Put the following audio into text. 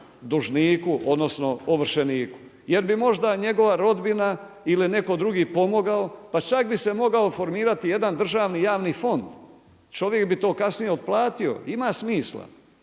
dužniku, odnosno ovršeniku jer bi možda njegova rodbina ili netko drugi pomogao, pa čak bi se mogao formirati jedan državni javni fond. Čovjek bi to kasnije otplatio, ima smisla.